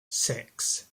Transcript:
six